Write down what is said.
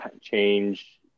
change